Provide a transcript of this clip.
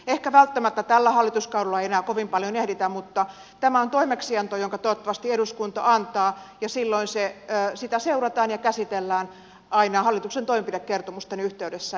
ehkä välttämättä tällä hallituskaudella ei enää kovin paljon ehditä mutta tämä on toimeksianto jonka toivottavasti eduskunta antaa ja silloin sitä seurataan ja käsitellään aina hallituksen toimenpidekertomusten yhteydessä